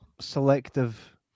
selective